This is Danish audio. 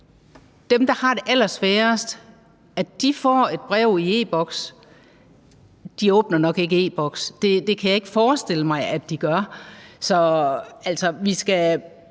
dem, der har det allersværest, får et brev i e-Boks, at de nok ikke åbner e-Boks – det kan jeg ikke forestille mig at de gør – så vi skal